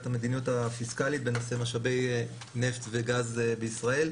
המדיניות הפיסקאלית בנושא משאבי נפט וגז בישראל,